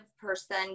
person